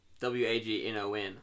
W-A-G-N-O-N